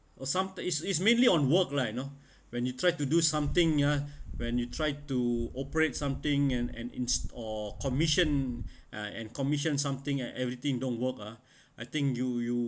a some~ is is mainly on work lah you know when you try to do something ah when you try to operate something and and ins~ or commission uh and commission something and everything don't work ah I think you you